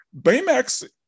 Baymax